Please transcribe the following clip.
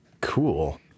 cool